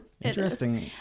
interesting